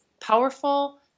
powerful